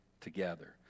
together